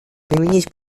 применять